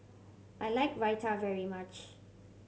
I like Raita very much